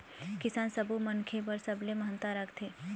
किसान सब्बो मनखे बर सबले महत्ता राखथे